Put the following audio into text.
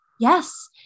Yes